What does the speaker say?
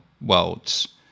worlds